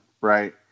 right